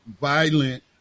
violent